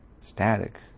static